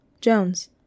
Jones